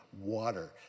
water